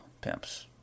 pimps